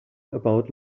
about